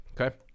okay